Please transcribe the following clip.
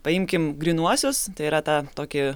paimkim grynuosius tai yra tą tokį